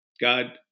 God